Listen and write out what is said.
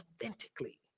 authentically